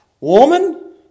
Woman